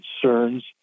concerns